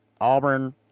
Auburn